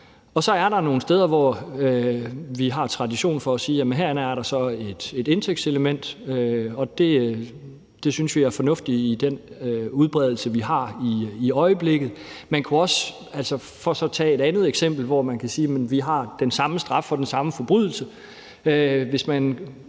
Og så er der nogle steder, hvor vi har tradition for at sige, at her er der så et indtægtselement, og det synes vi er fornuftigt med den udbredelse, vi har i øjeblikket. Man kunne også tage et andet eksempel, hvor man kan sige, at vi har den samme straf for den samme forbrydelse: